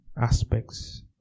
aspects